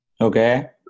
Okay